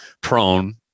prone